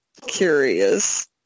curious